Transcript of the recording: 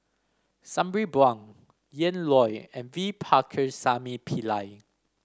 Sabri Buang Ian Loy and V Pakirisamy Pillai